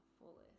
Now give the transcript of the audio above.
fullest